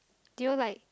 do you like